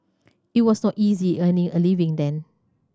it was so easy earning a living then